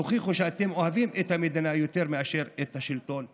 תוכיחו שאתם אוהבים את המדינה יותר מאשר את השלטון ותתפטרו.